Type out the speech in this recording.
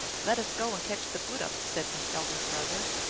let us go and catch the bootup! said the elder brother.